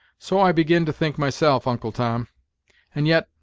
so i begin to think myself, uncle tom and yet,